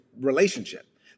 relationship